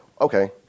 okay